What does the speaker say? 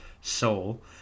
soul